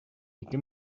ике